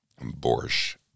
borscht